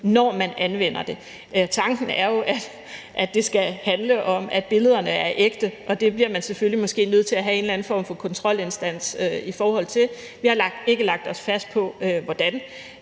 når man anvender det. Tanken er jo, at det skal handle om, at billederne er ægte, og derfor bliver man selvfølgelig nødt til at have måske en eller anden form for kontrolinstans. Vi har ikke lagt os fast på hvordan,